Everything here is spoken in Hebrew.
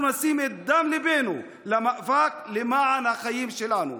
אנחנו נשים את דם ליבנו במאבק למען החיים שלנו.